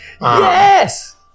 yes